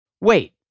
Wait